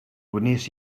wnes